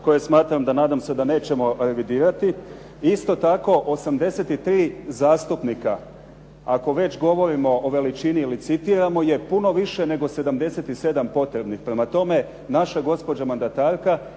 koje smatram da nadam se da nećemo revidirati. I isto tako, 83 zastupnika ako već govorimo o veličini i licitiramo je puno više nego 77 potrebnih. Prema tome, naša gospođa mandatarka